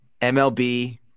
MLB